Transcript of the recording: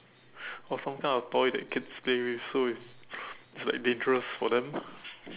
or some kind of toy that kids play with so it's like dangerous for them